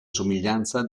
somiglianza